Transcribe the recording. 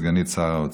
סגנית שר האוצר.